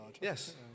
Yes